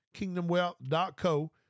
kingdomwealth.co